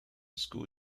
school